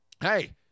hey